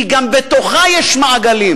כי גם בתוכה יש מעגלים,